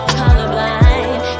colorblind